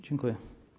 Dziękuję.